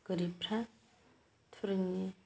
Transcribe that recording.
गोरिबफोरा थुरिनि